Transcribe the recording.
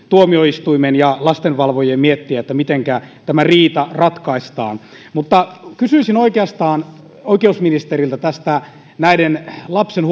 tuomioistuimen ja lastenvalvojien miettiä mitenkä riita ratkaistaan mutta kysyisin oikeusministeriltä näiden lapsen